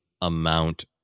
amount